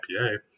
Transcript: IPA